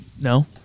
No